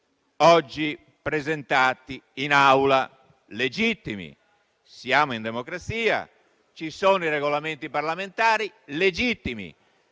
oggi presentati in Aula. Sono legittimi, siamo in democrazia, ci sono i Regolamenti parlamentari. Ripeto